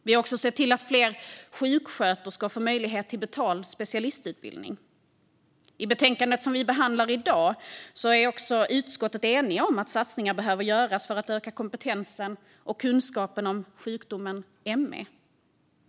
Vi har också sett till att fler sjuksköterskor får möjlighet till betald specialistutbildning. I betänkandet som vi behandlar i dag är också utskottet enigt om att satsningar behöver göras för att öka kompetensen och kunskapen om sjukdomen ME.